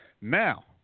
Now